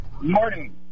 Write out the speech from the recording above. Morning